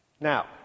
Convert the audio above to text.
Now